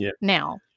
Now